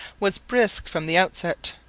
was brisk from the outset.